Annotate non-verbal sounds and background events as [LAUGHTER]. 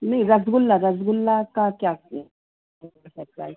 नहीं रसगुल्ला रसगुल्ला का क्या [UNINTELLIGIBLE] प्राइज